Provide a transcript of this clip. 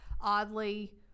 oddly